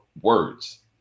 words